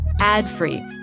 ad-free